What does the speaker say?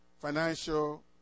financial